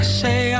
say